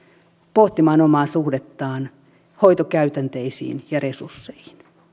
pohtimaan omaa suhdettaan hoitokäytänteisiin ja resursseihin